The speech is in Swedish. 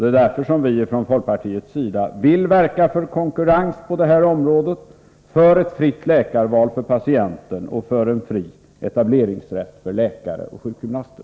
Det är därför som vi från folkpartiets sida vill verka för konkurrens på det här området, för ett fritt läkarval för patienter och för en fri etableringsrätt för läkare och sjukgymnaster.